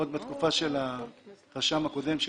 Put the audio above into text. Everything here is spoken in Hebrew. עוד בתקופה של הרשם הקודם,